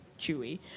Chewy